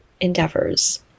endeavors